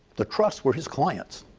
the trusts were his clients.